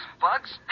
bugs